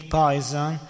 poison